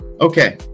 Okay